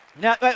Now